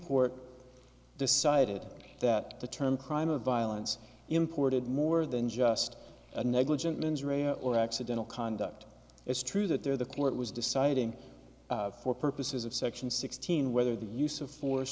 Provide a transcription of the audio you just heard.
court decided that the term crime of violence imported more than just a negligent mens rea or accidental conduct is true that there the court was deciding for purposes of section sixteen whether the use of force